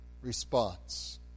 response